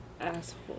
asshole